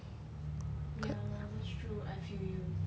ya lor that's true I feel you